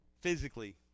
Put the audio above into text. physically